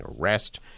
arrest